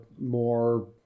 more